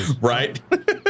Right